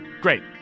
Great